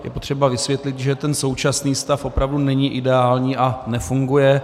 Je potřeba vysvětlit, že ten současný stav opravdu není ideální a nefunguje.